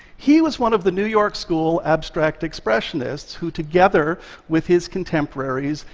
he was one of the new york school abstract expressionists who, together with his contemporaries,